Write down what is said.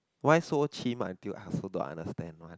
why so chim until I also don't understand one